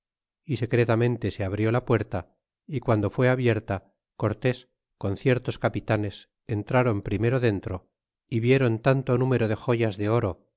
y secretamente se abrió la puerta y cuando fué abierta cortés con ciertos capitanes entrron primero dentro y viéron tanto número de joyas de oro